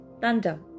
thunder